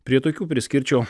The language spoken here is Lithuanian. prie tokių priskirčiau